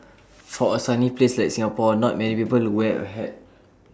for A sunny place like Singapore not many people wear A hat